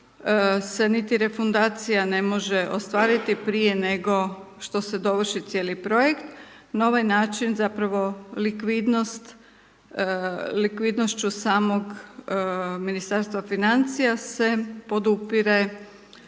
se niti refundacija ne može ostvariti prije nego što se dovrši cijeli projekt. Na ovaj način zapravo likvidnošću samog Ministarstva financija se podupire